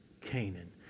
Canaan